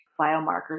biomarkers